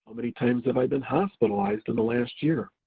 many times have i been hospitalized in the last year?